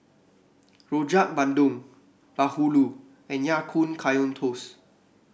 Rojak Bandung bahulu and Ya Kun Kaya Toast